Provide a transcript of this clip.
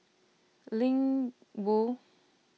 Ling Wu